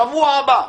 שבוע הבא,